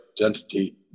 identity